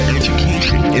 education